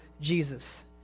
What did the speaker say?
Jesus